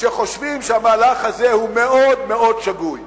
שחושבים שהמהלך הזה הוא מאוד מאוד שגוי.